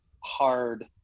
hard